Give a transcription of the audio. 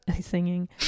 singing